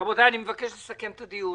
רבותיי, אני מבקש לסכם את הדיון.